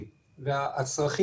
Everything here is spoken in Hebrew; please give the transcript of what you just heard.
אוקי.